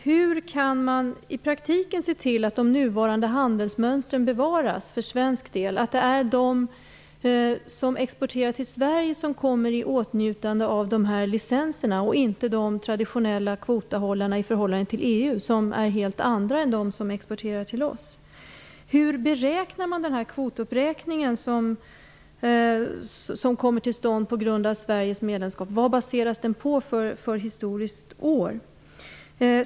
Hur kan man i praktiken t.ex. se till att de nuvarande handelsmönstren bevaras för svensk del, så att det är de som exporterar till Sverige som kommer i åtnjutande av de här licenserna och inte de traditionella kvotahållarna i förhållande till EU, som är helt andra än de som exporterar till oss? Hur beräknar man den kvotuppräkning som kommer till stånd på grund av Sveriges medlemskap? Vad baseras den på för historiskt år?